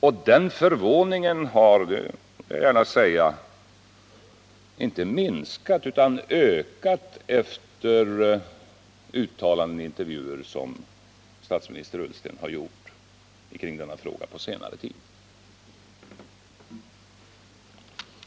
Och den förvåningen har inte minskat utan ökat efter uttalanden som statsminister Ullsten har gjort i intervjuer kring denna fråga på senare tid.